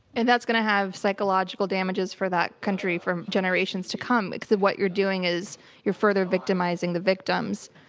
and that's going to have psychological damages for that country for generations to come. what you're doing is you're further victimizing the victims.